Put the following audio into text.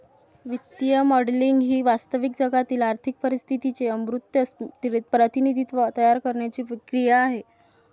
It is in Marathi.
वित्तीय मॉडेलिंग ही वास्तविक जगातील आर्थिक परिस्थितीचे अमूर्त प्रतिनिधित्व तयार करण्याची क्रिया आहे